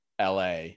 la